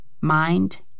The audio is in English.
mind